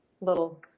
little